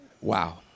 Wow